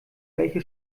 welche